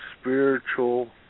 spiritual